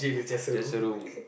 just a room